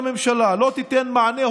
מאמין,